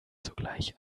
sogleich